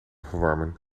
verwarmen